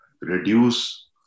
reduce